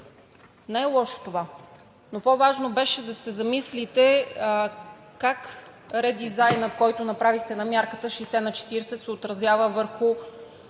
Не е лошо това, но по-важно беше да се замислите как редизайнът, който направихте на мярката 60/40, се отразява върху